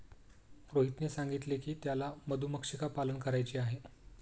रोहनने सांगितले की त्याला मधुमक्षिका पालन करायचे आहे